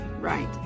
right